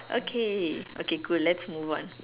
okay okay cool let's move on